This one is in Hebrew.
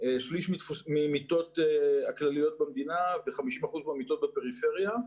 1/3 מהמיטות הכלליות במדינה ו-50% מהמיטות בפריפריה.